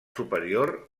superior